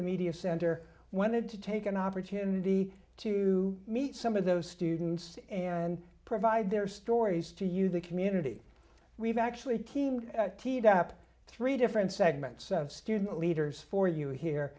the media center when it to take an opportunity to meet some of those students and provide their stories to you the community we've actually teamed teed up three different segments of student leaders for you here